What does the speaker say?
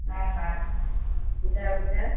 हा हा ॿुधायो ॿुधायो